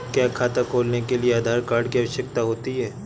क्या खाता खोलने के लिए आधार कार्ड की आवश्यकता होती है?